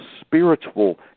spiritual